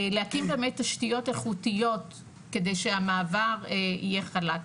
להקים באמת תשתיות איכותיות כדי שהמעבר יהיה חלק.